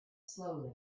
slowly